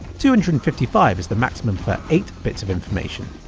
two hundred and fifty five is the maximum for eight bits of information.